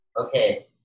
Okay